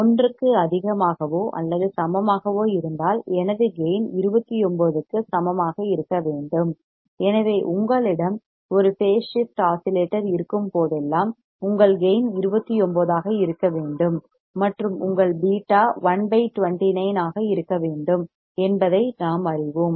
ஒன்றுக்கு அதிகமாகவோ அல்லது சமமாகவோ இருந்தால் எனது கேயின் 29 க்கு சமமாக இருக்க வேண்டும் எனவே உங்களிடம் ஒரு பேஸ் ஷிப்ட் ஆஸிலேட்டர் இருக்கும் போதெல்லாம் உங்கள் கேயின் 29 ஆக இருக்க வேண்டும் மற்றும் உங்கள் β 129 ஆக இருக்க வேண்டும் என்பதை நாம் அறிவோம்